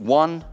one